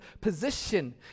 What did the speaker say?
position